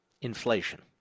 Inflation